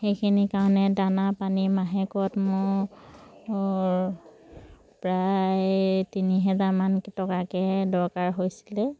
সেইখিনি কাৰণে দানা পানী মাহেকত মোৰ প্ৰায় তিনি হেজাৰমান টকাকৈ দৰকাৰ হৈছিলে